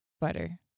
Butter